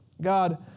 God